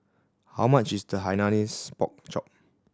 how much is the Hainanese Pork Chop